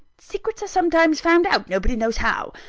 secrets are sometimes found out, nobody knows how.